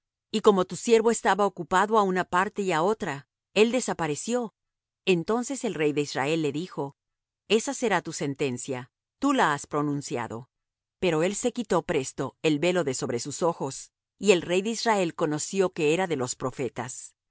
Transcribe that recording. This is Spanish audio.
y como tu siervo estaba ocupado á una parte y á otra él desapareció entonces el rey de israel le dijo esa será tu sentencia tú la has pronunciado pero él se quitó presto el velo de sobre sus ojos y el rey de israel conoció que era de los profetas